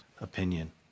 opinion